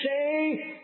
say